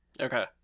Okay